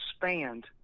expand